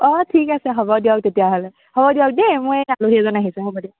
অঁ ঠিক আছে হ'ব দিয়ক তেতিয়াহ'লে হ'ব দিয়ক দেই মই এই আলহী এজন আহিছে হ'ব দিয়ক